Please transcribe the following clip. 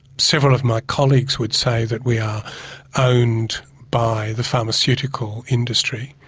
several of my colleagues would say that we are owned by the pharmaceutical industry,